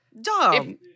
dumb